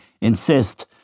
insist